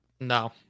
No